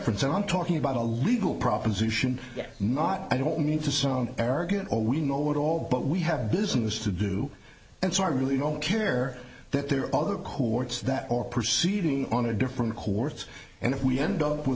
deference i'm talking about a legal proposition not i don't need to sound arrogant or we know it all but we have business to do and so i really don't care that there are other courts that or proceeding on a different course and if we end up with